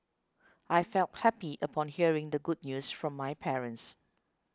I felt happy upon hearing the good news from my parents